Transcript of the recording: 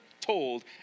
told